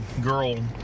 girl